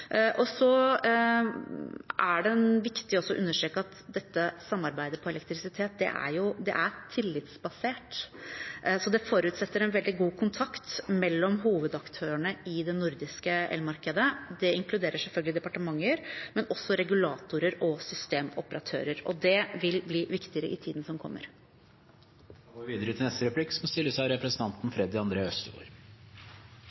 er viktig også å understreke at dette samarbeidet på elektrisitet er tillitsbasert, så det forutsetter en veldig god kontakt mellom hovedaktørene i det nordiske elmarkedet. Det inkluderer selvfølgelig departementer, men også regulatorer og systemoperatører, og det vil bli viktigere i tiden som kommer. Statsråden holdt en god redegjørelse og tok bl.a. opp det nordiske kultursamarbeidet, som